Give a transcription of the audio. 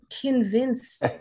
convince